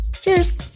Cheers